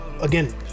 again